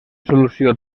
solució